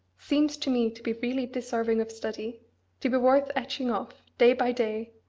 seems to me to be really deserving of study to be worth etching off, day by day,